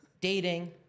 dating